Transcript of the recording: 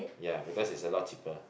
ya because is a lot cheaper